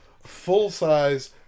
full-size